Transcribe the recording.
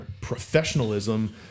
professionalism